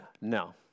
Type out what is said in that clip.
No